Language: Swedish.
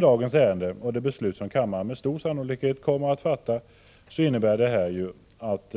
Dagens ärende och det beslut som kammaren med stor sannolikhet kommer att fatta innebär att